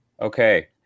okay